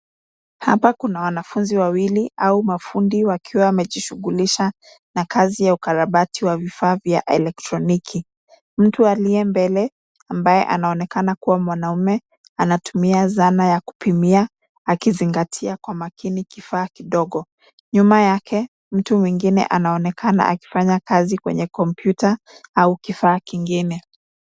Hapa kuna wanafunzi wawili au mafundi wakiwa wamejishughulisha na kazi ya ukarabati wa vifaa vya elektroniki. Mtu aliye mbele ambaye anaonekana kuwa mwanaume anatumia zana ya kupimia akizingatia kwa makini kifaa kidogo. Nyuma yake mtu mwingine anaonekana akifanya kazi kwenye kompyuta au kifaa kingine.